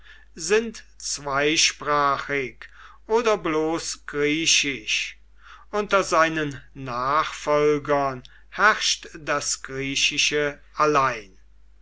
sind zweisprachig oder bloß griechisch unter seinen nachfolgern herrscht das griechische allein